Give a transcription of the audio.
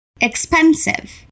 expensive